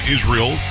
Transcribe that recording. Israel